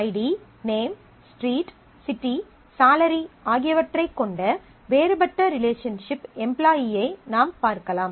ID name street city salary ஆகியவற்றைக் கொண்ட வேறுபட்ட ரிலேஷன்ஷிப் எம்ப்லாயீயை பார்க்கலாம்